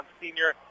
senior